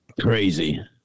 Crazy